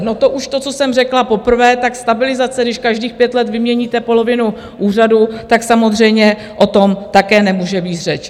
No to už to, co jsem řekla poprvé, tak stabilizace, když každých pět let vyměníte polovinu úřadu, tak samozřejmě o tom také nemůže být řeč.